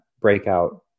breakout